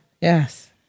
Yes